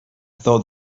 thought